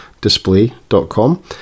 display.com